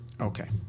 Okay